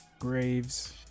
Graves